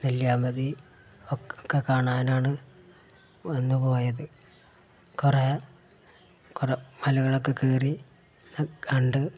നെല്ലിയാമ്പതി ഒക്കെ കാണാനാണ് ഇവിടെ നിന്നു പോയത് കുറേ കുറേ മലകളൊക്കെ കയറി കണ്ട്